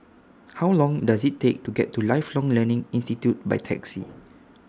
How Long Does IT Take to get to Lifelong Learning Institute By Taxi